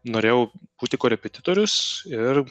norėjau būti korepetitorius ir